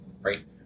right